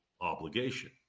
obligation